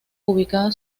ubicada